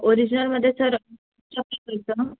ओरिजनलमध्ये sir